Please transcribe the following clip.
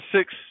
six